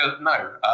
no